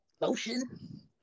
lotion